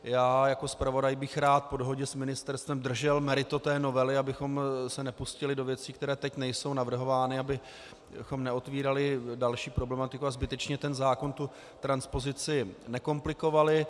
Já jako zpravodaj bych rád po dohodě s ministerstvem držel meritum té novely, abychom se nepustili do věcí, které teď nejsou navrhovány, abychom neotvírali další problematiku a zbytečně ten zákon, tu transpozici nekomplikovali.